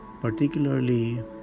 particularly